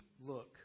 look